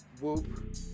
whoop